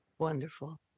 Wonderful